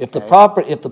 if the property if the